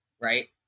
right